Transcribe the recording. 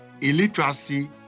illiteracy